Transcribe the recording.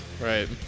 Right